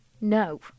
No